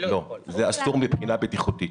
זה אסור מבחינה בטיחותית.